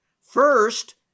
first